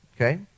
okay